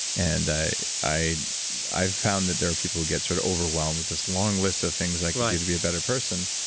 and i i i found that there are people who get sort of overwhelmed with this long list of things i can do to be a better person,